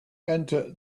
enter